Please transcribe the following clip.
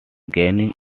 gaining